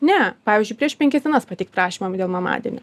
ne pavyzdžiui prieš penkias dienas pateikt prašymą dėl mamadienio